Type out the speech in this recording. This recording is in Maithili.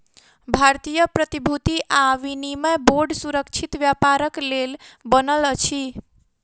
भारतीय प्रतिभूति आ विनिमय बोर्ड सुरक्षित व्यापारक लेल बनल अछि